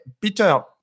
Peter